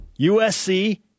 USC